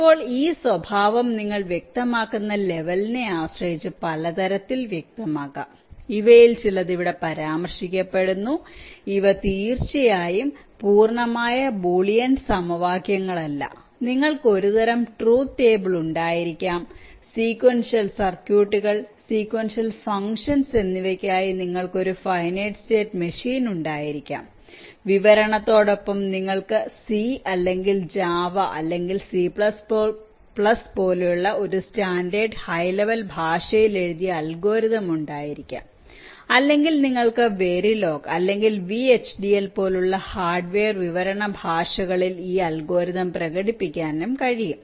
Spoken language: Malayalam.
ഇപ്പോൾ ഈ സ്വഭാവം നിങ്ങൾ വ്യക്തമാക്കുന്ന ലെവലിനെ ആശ്രയിച്ച് പല തരത്തിൽ വ്യക്തമാക്കാം ഇവയിൽ ചിലത് ഇവിടെ പരാമർശിക്കപ്പെടുന്നു ഇവ തീർച്ചയായും പൂർണ്ണമായ ബൂലിയൻ സമവാക്യങ്ങളല്ല നിങ്ങൾക്ക് ഒരുതരം ട്രൂത് ടേബിൾ ഉണ്ടായിരിക്കാം സീക്വെൻഷ്യൽ സർക്യൂട്ടുകൾ സീക്വെൻഷ്യൽ ഫങ്ക്ഷന്സ് എന്നിവക്കായി നിങ്ങൾക്ക് ഒരു ഫൈനൈറ്റ് സ്റ്റേറ്റ് മെഷീൻ ഉണ്ടായിരിക്കാം വിവരണത്തോടൊപ്പം നിങ്ങൾക്ക് സി അല്ലെങ്കിൽ ജാവ അല്ലെങ്കിൽ സി പോലുള്ള ഒരു സ്റ്റാൻഡേർഡ് ഹൈ ലെവൽ ഭാഷയിൽ എഴുതിയ അൽഗോരിതം ഉണ്ടായിരിക്കാം അല്ലെങ്കിൽ നിങ്ങൾക്ക് വെരിലോഗ് അല്ലെങ്കിൽ വിഎച്ച്ഡിഎൽ പോലുള്ള ഹാർഡ്വെയർ വിവരണ ഭാഷകളിൽ ഈ അൽഗോരിതം പ്രകടിപ്പിക്കാനും കഴിയും